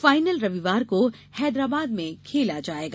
final रविवार को हैदराबाद में खेला जाएगा